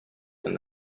than